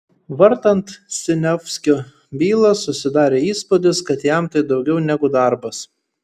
vartant siniavskio bylą susidarė įspūdis kad jam tai daugiau negu darbas